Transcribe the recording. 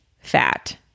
fat